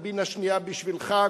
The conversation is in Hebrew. קומבינה שנייה בשבילך,